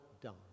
done